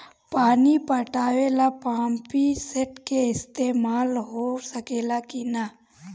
पानी पटावे ल पामपी सेट के ईसतमाल हो सकेला कि ना?